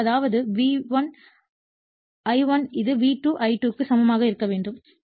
எனவே அதாவது V1 I1 இது V2 I2 க்கு சமமாக இருக்க வேண்டும்